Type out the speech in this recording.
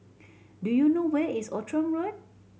do you know where is Outram Road